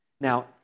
Now